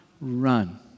run